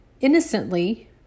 innocently